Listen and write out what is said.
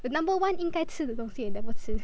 the number one 应该吃的东西 I never 吃